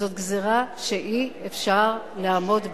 זאת גזירה שאי-אפשר לעמוד בה.